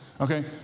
Okay